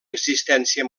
existència